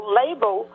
label